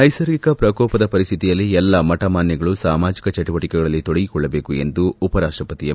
ನೈಸರ್ಗಿಕ ಪ್ರಕೋಪದ ಪರಿಸ್ತಿತಿಯಲ್ಲಿ ಎಲ್ಲಾ ಮಠಮಾನ್ನಗಳು ಸಾಮಾಜಕ ಚಿಟುವಟಿಕೆಗಳಲ್ಲಿ ತೊಡಗಿಸಿಕೊಳ್ಳದೇಕು ಎಂದು ಉಪರಾಷ್ನಪತಿ ಎಂ